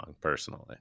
personally